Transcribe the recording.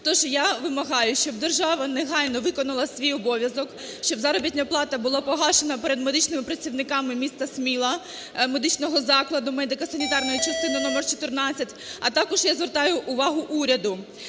То ж я вимагаю, щоб держава негайно виконала свій обов'язок, щоб заробітна плата була погашена перед медичними працівниками міста Сміла медичного закладу медико-санітарної частини №14. А також я звертаю увагу уряду,